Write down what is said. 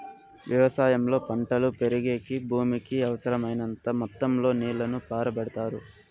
వ్యవసాయంలో పంటలు పెరిగేకి భూమికి అవసరమైనంత మొత్తం లో నీళ్ళను పారబెడతారు